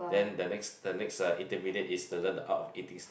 then the next the next lah is the learn the art of eating snake